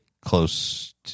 close